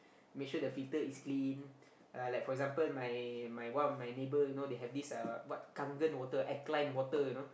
make sure the filter is clean uh like for example my my one of my neighbour you know they have this uh what kangen water alkaline water you know